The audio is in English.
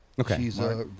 Okay